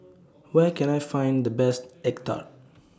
Where Can I Find The Best Egg Tart